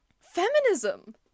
Feminism